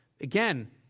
Again